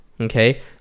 okay